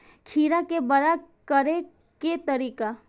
खीरा के बड़ा करे के तरीका?